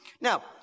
Now